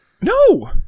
No